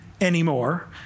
anymore